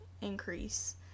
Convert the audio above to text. increase